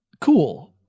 cool